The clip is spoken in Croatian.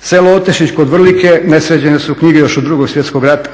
Selo Otešić kod Vrlike, nesređene su knjige još od II. Svjetskog rata